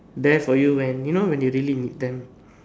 there for you when you know when you really need them